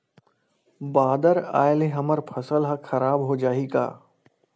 बादर आय ले हमर फसल ह खराब हो जाहि का?